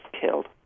killed